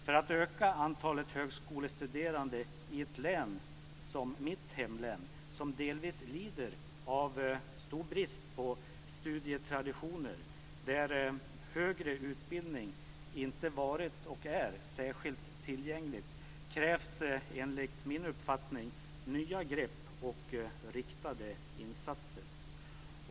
För att öka antalet högskolestuderande i ett län som mitt hemlän, som delvis lider av stor brist på studietraditioner och där högre utbildning inte varit särskilt tillgänglig, krävs enligt min uppfattning nya grepp och riktade insatser.